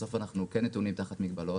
בסוף אנחנו כן נתונים תחת מגבלות.